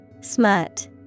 Smut